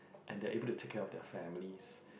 and they are able to take care of their families